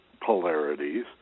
polarities